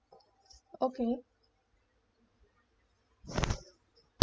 okay